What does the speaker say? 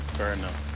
fair enough.